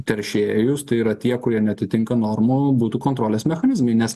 teršėjus tai yra tie kurie neatitinka normų būtų kontrolės mechanizmai nes